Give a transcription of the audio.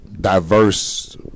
diverse